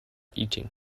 eating